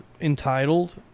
entitled